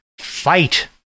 fight